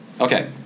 Okay